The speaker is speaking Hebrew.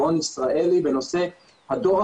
ירידה מתמשכת לאורך השנים במספר